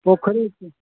पोखरिके